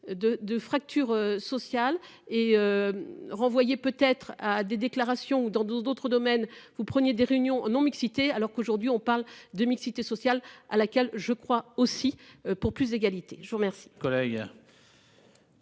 de fracture sociale et. Renvoyé peut être à des déclarations dans 12 d'autres domaines, vous preniez des réunions en non-mixité alors qu'aujourd'hui on parle de mixité sociale à laquelle je crois aussi pour plus d'égalité. Je vous remercie.